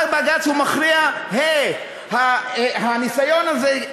בא בג"ץ ומכריע: הניסיון הזה,